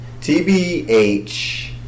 tbh